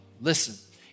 Listen